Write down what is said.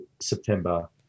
September